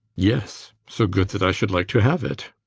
yes. so good that i should like to have it.